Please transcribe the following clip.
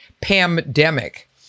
pandemic